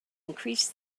increased